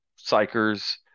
psychers